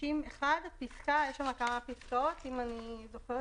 60(1). יש שם כמה פסקאות, אם אני זוכרת.